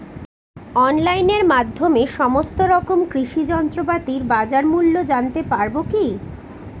অনলাইনের মাধ্যমে সমস্ত রকম কৃষি যন্ত্রপাতির বাজার মূল্য জানতে পারবো কি?